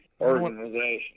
Organization